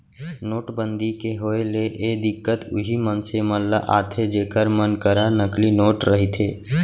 नोटबंदी के होय ले ए दिक्कत उहीं मनसे मन ल आथे जेखर मन करा नकली नोट रहिथे